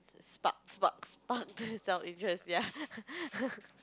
spark spark spark the self interest ya